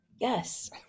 yes